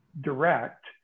direct